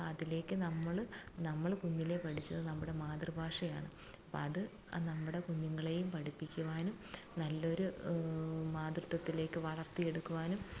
അതിലേക്ക് നമ്മള് നമ്മള് കുഞ്ഞിലേ പഠിച്ചത് നമ്മുടെ മാതൃഭാഷയാണ് അപ്പോള് അത് നമ്മുടെ കുഞ്ഞുങ്ങളെയും പഠിപ്പിക്കുവാനും നല്ലൊരു മാതൃത്വത്തിലേക്ക് വളർത്തിയെടുക്കുവാനും